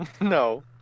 No